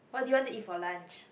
what did you want to eat for lunch